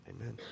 amen